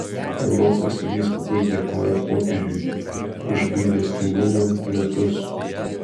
europos vyskupai dėkoja popiežiui už gailestingumo metus